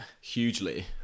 hugely